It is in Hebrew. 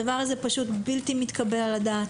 הדבר הזה בלתי מתקבל על הדעת.